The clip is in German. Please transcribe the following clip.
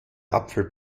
apfel